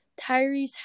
Tyrese